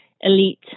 elite